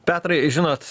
petrai žinot